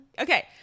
okay